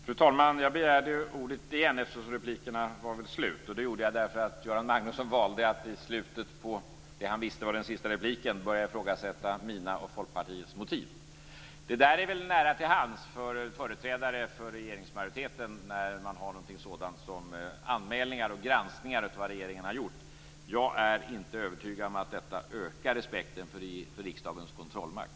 Fru talman! Jag begärde ordet igen, eftersom replikerna var slut. Det gjorde jag därför att Göran Magnusson valde att i slutet av det som han visste var den sista repliken började att ifrågasätta mina och Folkpartiets motiv. Detta ligger nära till hands för företrädare för regeringsmajoriteten vid anmälningar och granskningar av vad regeringen har gjort. Jag är inte övertygad om att detta ökar respekten för riksdagens kontrollmakt.